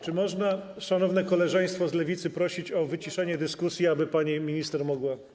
Czy można szanowne koleżeństwo z Lewicy prosić o wyciszenie dyskusji, aby pani minister mogła dokończyć?